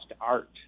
art